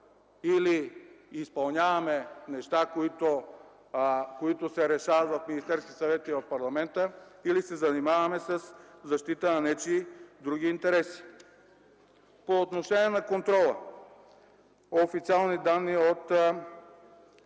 Или изпълняваме неща, които се решават в Министерския съвет и парламента, или се занимаваме със защита на нечии други интереси! По отношение на контрола – официални данни от